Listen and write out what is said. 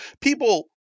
people